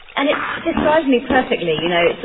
and it describes me perfectly. you know,